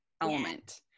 element